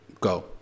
go